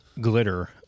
glitter